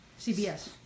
CBS